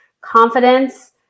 confidence